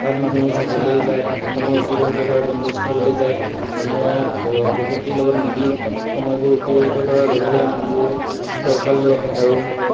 তাত মানুহে চাবলৈ যায় সময় অতিবাহিত কৰে বনভোজ খাবলৈ যায় মানুহে প্ৰকৃতিৰ লগত মিলি সময়বোৰ অতিবাহিত কৰাৰ লগে লগে মনবোৰো ফৰকাল হৈ আহে আৰু